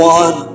one